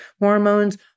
hormones